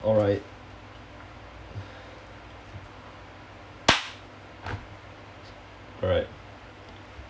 alright alright